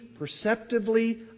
perceptively